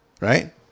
Right